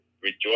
rejoice